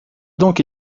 donc